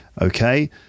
Okay